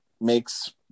makes